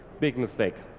big mistake.